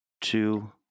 two